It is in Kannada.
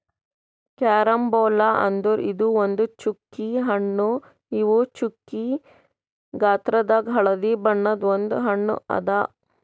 ಕ್ಯಾರಂಬೋಲಾ ಅಂದುರ್ ಇದು ಒಂದ್ ಚ್ಚುಕಿ ಹಣ್ಣು ಇವು ಚ್ಚುಕಿ ಗಾತ್ರದಾಗ್ ಹಳದಿ ಬಣ್ಣದ ಒಂದ್ ಹಣ್ಣು ಅದಾ